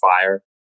fire